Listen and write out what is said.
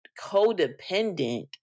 codependent